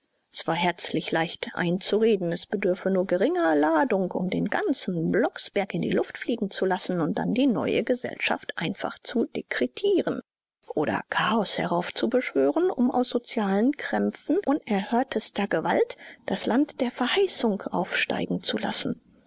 es war herzlich leicht einzureden es bedürfe nur geringer ladung um den ganzen blocksberg in die luft fliegen zu lassen und dann die neue gesellschaft einfach zu dekretieren oder chaos heraufzubeschwören um aus sozialen krämpfen unerhörtester gewalt das land der verheißung aufsteigen zu lassen